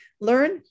Learn